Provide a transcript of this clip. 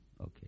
Okay